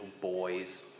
boys